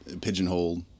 pigeonhole